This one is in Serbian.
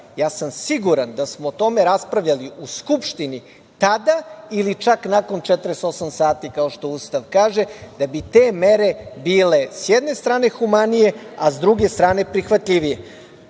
Ja sam siguran da smo o tome raspravljali u Skupštini tada ili čak nakon 48 sati, kao što Ustav kaže, da bi te mere bile, s jedne strane, humanije, a s druge strane prihvatljivije. Ono